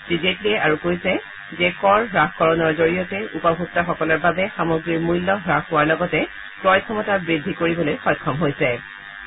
শ্ৰীজেটলীয়ে আৰু কৈছে যে কৰ হ্ৰাসকৰণৰ জৰিয়তে উপভোক্তাসকলৰ বাবে সামগ্ৰীৰ মূল্য হাস কৰাৰ লগতে ক্ৰয় ক্ষমতা বৃদ্ধি কৰিবলৈ সক্ষম হৈছো